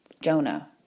Jonah